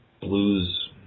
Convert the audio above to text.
blues